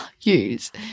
Use